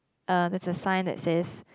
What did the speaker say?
uh there's a sign that says